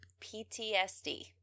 PTSD